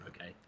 okay